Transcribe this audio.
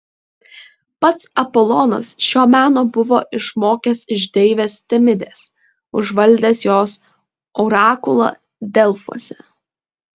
pats apolonas šio meno buvo išmokęs iš deivės temidės užvaldęs jos orakulą delfuose